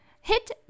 hit